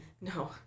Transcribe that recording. No